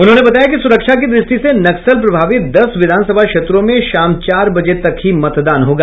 उन्होंने बताया कि सुरक्षा की द्रष्टि से नक्सल प्रभावित दस विधानसभा क्षेत्रों में शाम चार बजे तक ही मतदान होगा